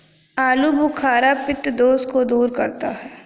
आलूबुखारा पित्त दोष को दूर करता है